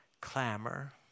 clamor